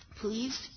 Please